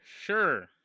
sure